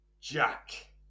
Jack